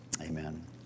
Amen